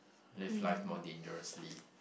live life more dangerously